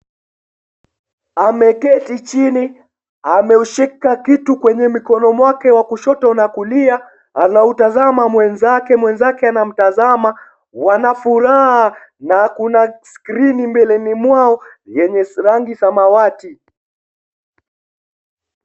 Ameketi chini, ameushika kitu kwenye mikono mwake wa kushoto na kulia. Anautazama mwenzake. Mwenzake anamtazama, wanafuraha na kuna skrini mbeleni mwao yenye rangi samawati.